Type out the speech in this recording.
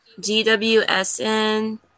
GWSN